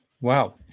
Wow